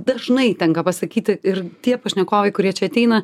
dažnai tenka pasakyti ir tie pašnekovai kurie čia ateina